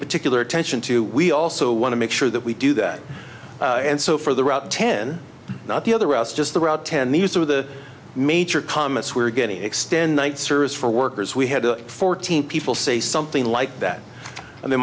particular attention to we also want to make sure that we do that and so for the route ten not the other routes just the route ten these are the major comments we're getting extend night service for workers we had to fourteen people say something like that and they